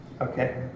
okay